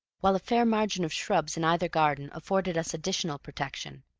while a fair margin of shrubs in either garden afforded us additional protection.